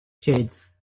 states